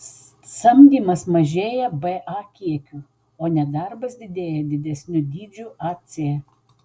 samdymas mažėja ba kiekiu o nedarbas didėja didesniu dydžiu ac